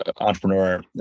entrepreneur